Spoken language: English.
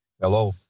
Hello